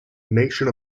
nation